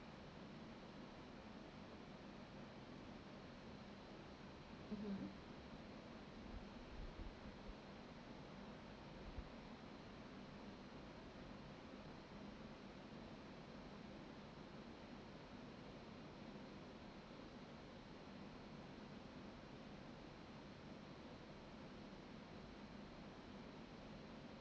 mmhmm